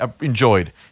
enjoyed